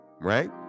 Right